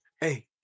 Hey